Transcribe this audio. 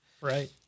Right